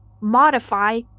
modify